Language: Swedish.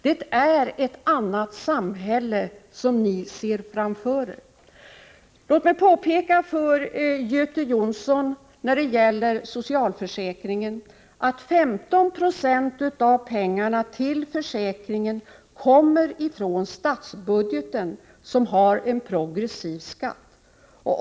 Det är ett annat samhälle som ni ser framför er. När det gäller socialförsäkringen vill jag påpeka för Göte Jonsson att 15 96 av pengarna till försäkringen kommer från statsbudgeten, som har en progressiv skatt.